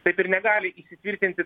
taip ir negali įsitvirtinti